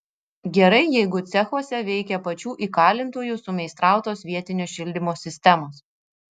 gerai jeigu cechuose veikia pačių įkalintųjų sumeistrautos vietinio šildymo sistemos